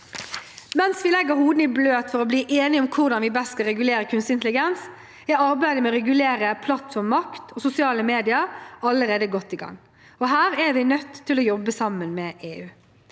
Mens vi legger hodene i bløt for å bli enige om hvordan vi best skal regulere kunstig intelligens, er arbeidet med å regulere plattformmakt og sosiale medier allerede godt i gang. Her er vi nødt til å jobbe sammen med EU.